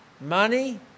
money